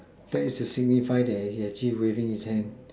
that is to signify that he is actually waving his hands